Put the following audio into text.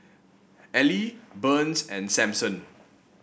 Elie Burns and Samson